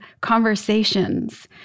conversations